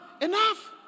Enough